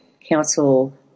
council